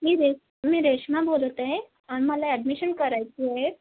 मी रेश मी रेश्मा बोलत आहे आम्हाला ॲडमिशन करायची आहे